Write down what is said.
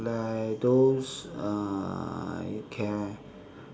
like those uh you can